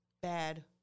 bad